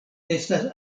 estas